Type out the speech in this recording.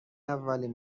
اولین